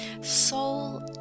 soul